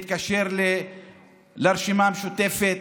מתקשר לרשימה המשותפת,